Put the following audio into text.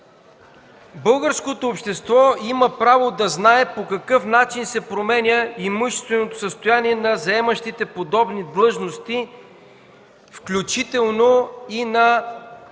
Българското общество има право да знае по какъв начин се променя имущественото състояние на заемащите подобни длъжности, включително и на